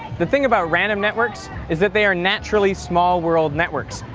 the thing about random networks is that they are naturally small world networks,